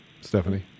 Stephanie